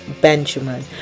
Benjamin